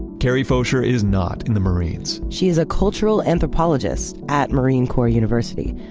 kerry fosher is not in the marines she is a cultural anthropologist at marine corps university.